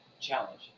challenge